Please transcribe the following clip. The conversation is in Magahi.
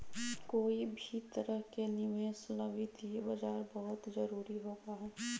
कोई भी तरह के निवेश ला वित्तीय बाजार बहुत जरूरी होबा हई